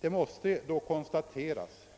Det måste då konstateras